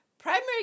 Primary